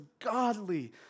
godly